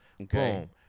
Okay